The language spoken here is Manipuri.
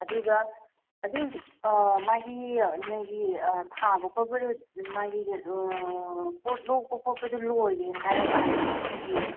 ꯑꯗꯨꯒ ꯑꯗꯨꯒꯤ ꯃꯥꯒꯤ ꯅꯣꯏꯒꯤ ꯊꯥꯕ ꯈꯣꯠꯄꯗꯣ ꯃꯥꯒꯤ ꯄꯣꯠ ꯂꯣꯛꯄ ꯈꯣꯠꯄꯗꯣ ꯂꯣꯏꯔꯦ ꯍꯥꯏꯔꯀꯥꯟꯗꯅꯦ ꯑꯩꯈꯣꯏꯒꯤ